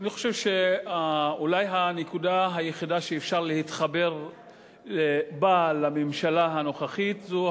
אני חושב שאולי הנקודה היחידה שאפשר להתחבר בה לממשלה הנוכחית זו